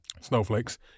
snowflakes